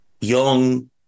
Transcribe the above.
young